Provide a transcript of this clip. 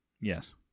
Yes